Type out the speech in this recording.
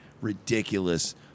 ridiculous